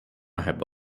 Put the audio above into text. ହେବ